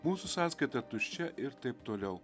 mūsų sąskaita tuščia ir taip toliau